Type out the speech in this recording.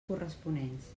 corresponents